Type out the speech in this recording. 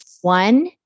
One